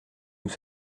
nous